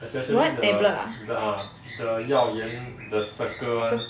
什么 eh tablet ah circ~